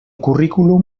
currículum